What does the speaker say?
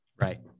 Right